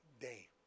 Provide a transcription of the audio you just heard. day